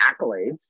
accolades